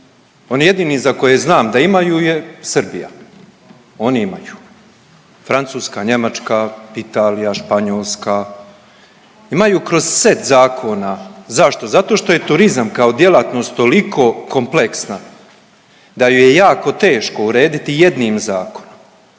oni jedini za koje znam da imaju je Srbija, oni imaju. Francuska, Njemačka, Italija, Španjolska imaju kroz set zakona, zašto? Zato što je turizam kao djelatnost toliko kompleksna da ju je jako teško urediti jednim zakonom,